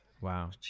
Wow